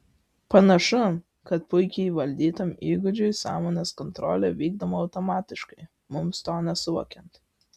panašu kad puikiai įvaldytam įgūdžiui sąmonės kontrolė vykdoma automatiškai mums to nesuvokiant